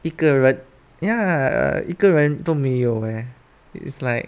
一个人 ya 一个人都没有 leh it's like